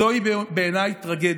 זוהי בעיניי טרגדיה,